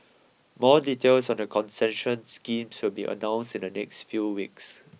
more details on the concession schemes so be announced in the next few weeks